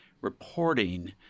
reporting